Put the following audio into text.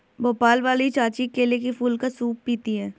भोपाल वाली चाची केले के फूल का सूप पीती हैं